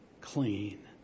clean